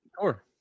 Sure